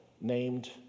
named